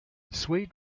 sweet